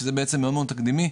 שזה בעצם מאוד מאוד תקדימי,